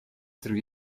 through